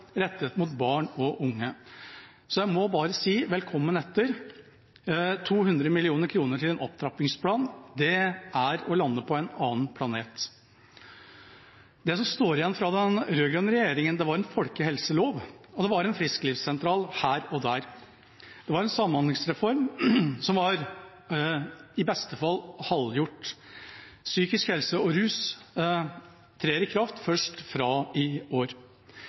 rettet mot barn og unge. Jeg må bare si velkommen etter – 200 mill. kr til en opptrappingsplan er å lande på en annen planet. Det som sto igjen fra den rød-grønne regjeringa, var en folkehelselov og en frisklivssentral her og der. Det var en samhandlingsreform som i beste fall var halvgjort. Tiltakene innen psykisk helse og rus trer i kraft først fra i år.